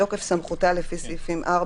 התשפ"א-2021 "בתוקף סמכותה לפי סעיפים 4,